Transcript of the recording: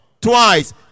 twice